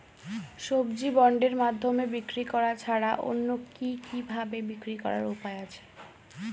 সবজি বন্ডের মাধ্যমে বিক্রি করা ছাড়া অন্য কি কি ভাবে বিক্রি করার উপায় আছে?